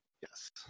yes